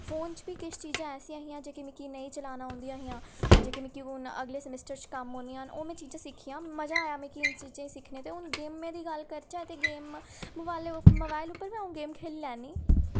phone च बी किश चीजां ऐसियां हियां जेह्की मिकी नेईं चलाना औंदियां हियां जेह्की मिकी हून अगले सेमेस्टर च कम्म औनियां न ओह् में चीजां सिक्खियां मजा आया मिकी इन चीजें सिक्खने ते हून गेमें दी गल्ल करचै ते गेम मोबाइले मोबाइल उप्पर बी अऊं गेम खेढी लैन्नी